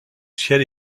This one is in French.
ciel